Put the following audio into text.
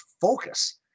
focus